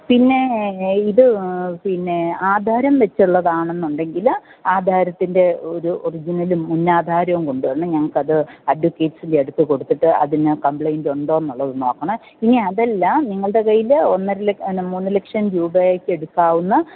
പിന്നേ ഇത് പിന്നേ ആധാരം വെച്ചുള്ളതാണെന്നുണ്ടെങ്കിൽ ആധാരത്തിൻ്റെ ഒരു ഒരു ഒറിജിനലും മുന്നാധാരവും കൊണ്ടു വരണം ഞങ്ങൾക്കത് അഡ്വക്കേറ്റ്സിൻ്റെയടുത്ത് കൊടുത്തിട്ട് അതിന് കമ്പ്ലൈൻറ്റുണ്ടോയെന്നുള്ളത് നോക്കണം ഇനി അതല്ല നിങ്ങളുടെ കയ്യിൽ മൂന്ന് ലക്ഷം രൂപയെടുക്കാവുന്ന